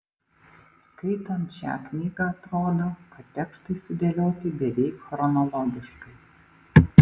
skaitant šią knygą atrodo kad tekstai sudėlioti beveik chronologiškai